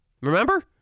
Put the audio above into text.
Remember